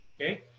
okay